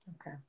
Okay